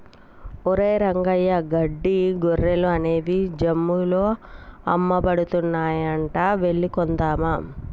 ఒరేయ్ రంగయ్య గడ్డి గొర్రెలు అనేవి జమ్ముల్లో అమ్మబడుతున్నాయంట వెళ్లి కొందామా